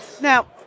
Now